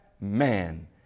man